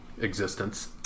existence